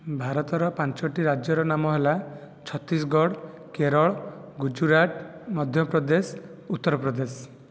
ଭାରତର ପାଞ୍ଚଟି ରାଜ୍ୟର ନାମ ହେଲା ଛତିଶଗଡ଼ କେରଳ ଗୁଜରାଟ ମଧ୍ୟପ୍ରଦେଶ ଉତ୍ତରପ୍ରଦେଶ